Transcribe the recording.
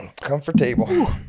Comfortable